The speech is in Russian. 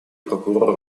прокурора